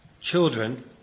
children